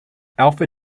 alpha